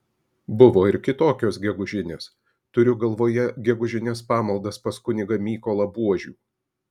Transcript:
buvo ir kitokios gegužinės turiu galvoje gegužines pamaldas pas kunigą mykolą buožių